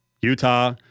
Utah